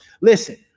Listen